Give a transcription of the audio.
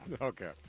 Okay